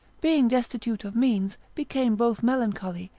being destitute of means, became both melancholy,